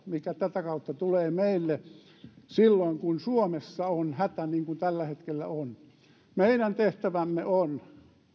mikä tätä kautta tulee meille silloin kun suomessa on hätä niin kuin tällä hetkellä on meidän tehtävämme on